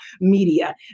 Media